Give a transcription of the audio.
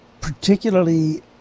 particularly